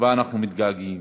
שבה אנחנו מתגעגעים.